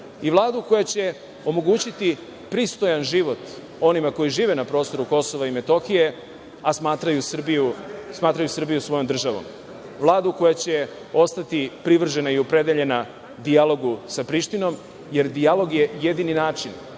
Vladu koja će omogućiti pristojan život onima koji žive na prostoru Kosova i Metohije, a smatraju Srbiju svojom državom, Vladu koja će ostati privržena i opredeljena dijalogu sa Prištinom, jer dijalog je jedini način